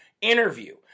interview